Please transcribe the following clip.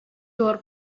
dawr